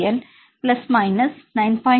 86 என் plus minus 9